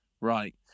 Right